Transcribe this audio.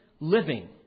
Living